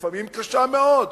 לפעמים היא קשה מאוד,